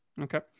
Okay